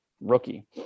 rookie